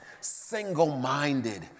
single-minded